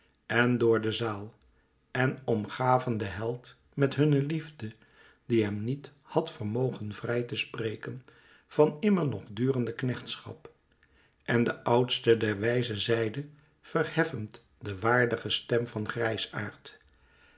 en door de zaal en omgaven den held met hunne liefde die hem niet had vermogen vrij te spreken van immer nog durende knechtschap en de oudste der wijzen zeide verheffend de waardige stem van